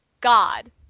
God